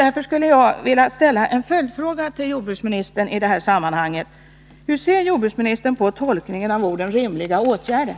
Därför skulle jag vilja ställa en följdfråga till jordbruksministern i detta sammanhang: Hur ser jordbruksministern på tolkningen av orden rimliga åtgärder?